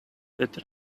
that